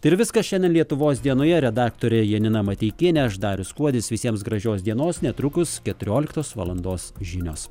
tai ir viskas šiandien lietuvos dienoje redaktorė janina mateikienė aš darius kuodis visiems gražios dienos netrukus keturioliktos valandos žinios